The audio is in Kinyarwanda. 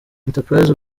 entreprise